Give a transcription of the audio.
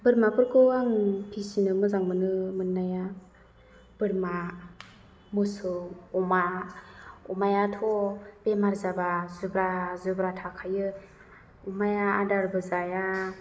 बोरमाफोरखौ आं फिसिनो मोजां मोनो मोन्नाया बोरमा मोसौ अमा अमायाथ' बेमार जाबा जुब्रा जुब्रा थाखायो अमाया आदारबो जाया